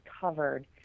covered